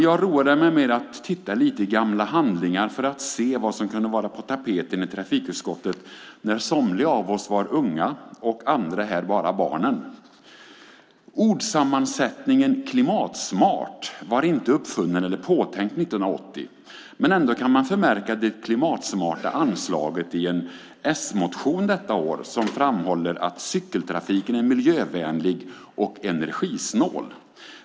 Jag roade mig med att titta lite i gamla handlingar för att se vad som kunde ha varit på tapeten i trafikutskottet när somliga av oss var unga och andra ännu bara var barn. Ordsammansättningen klimatsmart var inte uppfunnen eller påtänkt 1980. Ändå kan man förmärka det klimatsmarta anslaget i en s-motion detta år som framhåller att cykeltrafiken är miljövänlig och energisnål.